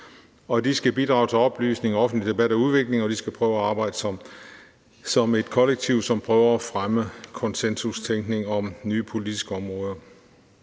de skal bidrage til oplysning, offentlig debat og udvikling, og de skal arbejde som et kollektiv, som prøver at fremme konsensustænkning om nye politiske områder.